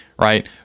Right